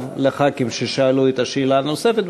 לחברי הכנסת ששאלו את השאלה הנוספת.